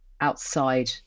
outside